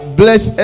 bless